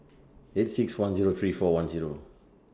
eight six one Zero three four one Zero